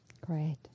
Great